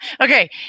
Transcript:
Okay